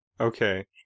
Okay